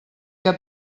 que